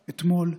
אתמול,